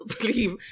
believe